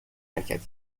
حرکت